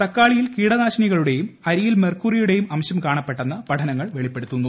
തക്കാളിയിൽ കീടനാശിനികളുടെയും അരിയിൽ മെർക്കുറിയുടെയും അംശം കാണപ്പെട്ടെന്ന് പഠനങ്ങൾ വെളിപ്പെടുത്തുന്നു